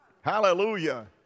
Hallelujah